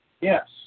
Yes